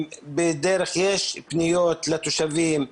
יש פניות לתושבים.